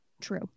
true